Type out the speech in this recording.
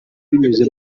binyuze